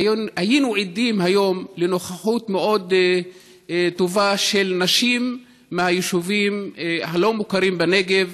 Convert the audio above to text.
היינו עדים היום לנוכחות מאוד טובה של נשים מהיישובים הלא-מוכרים בנגב.